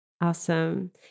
Awesome